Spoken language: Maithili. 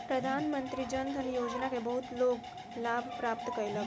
प्रधानमंत्री जन धन योजना के बहुत लोक लाभ प्राप्त कयलक